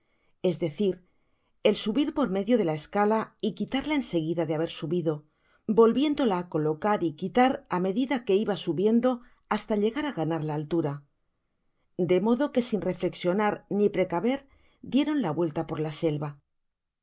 es dedir el subir por medio de la escala y quitarla en seguida de haber subido volviéndola á colocar y quitar á medida que iba subiendo hasta llegar á ganar la altura de modo que sin reflexionar ni precaver dieron la vuelta por la selva